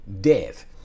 death